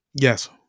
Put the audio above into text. Yes